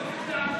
שהילדים לא,